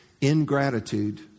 ingratitude